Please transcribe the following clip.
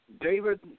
David